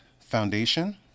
foundation